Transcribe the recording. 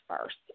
first